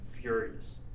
furious